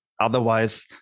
otherwise